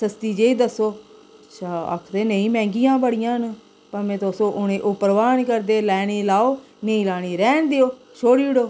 सस्ती जेही दस्सो अच्छा आखदे नेईं मैंह्गियां बड़ियां न भामें तुस उ'नें ओह् परवाह् नी करदे लैनी लैओ नेईं लैनी रैह्न देओ छोड़ी उड़ो